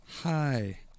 Hi